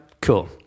Cool